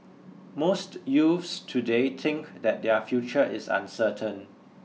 most youths today think that their future is uncertain